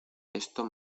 esto